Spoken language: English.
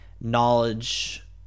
knowledge